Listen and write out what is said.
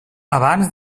abans